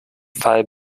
fall